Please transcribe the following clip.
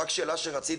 רק שאלה שרציתי,